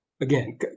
Again